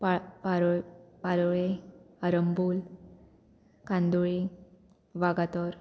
पा पार पाळोळें आरांबोल कांदोळे वागातोर